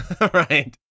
right